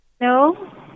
No